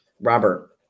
Robert